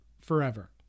forever